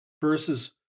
versus